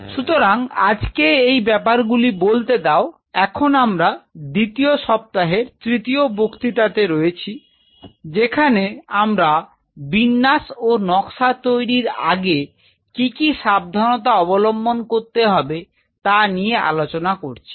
সুতরাং আজকে এই ব্যাপারগুলি বলতে দাও এখন আমরা দ্বিতীয় সপ্তাহের তৃতীয় বক্তৃতাতে রয়েছি যেখানে আমরা বিন্যাস ও নকশা তৈরীর আগে কি কি সাবধানতা অবলম্বন করতে হবে তা নিয়ে আলোচনা করছি